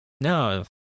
No